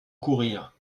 courrir